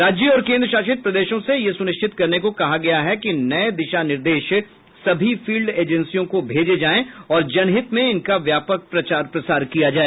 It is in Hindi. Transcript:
राज्य और केंद्र शासित प्रदेशों से यह सुनिश्चित करने को कहा गया है कि नये दिशा निर्देश सभी फील्ड एजेंसियों को भेजे जाएं और जनहित में इनका व्यापक प्रचार प्रसार किया जाए